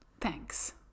Thanks